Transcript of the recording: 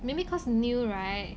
maybe cause new right